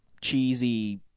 cheesy